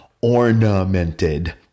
ornamented